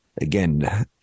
Again